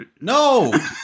No